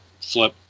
flip